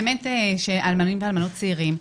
אלמנים ואלמנות צעירים,